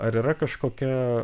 yra kažkokia